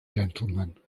gentleman